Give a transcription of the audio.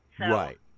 Right